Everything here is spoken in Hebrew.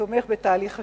תומך בתהליך השלום.